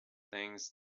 things